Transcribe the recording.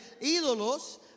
ídolos